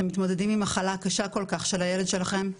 אתם מתמודדים עם מחלה קשה כל כך של הילד שלכם,